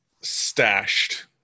stashed